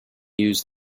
used